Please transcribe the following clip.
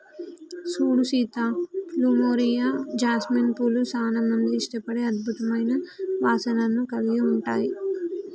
సూడు Sita plumeria, jasmine పూలు సానా మంది ఇష్టపడే అద్భుతమైన వాసనను కలిగి ఉంటాయి